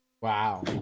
wow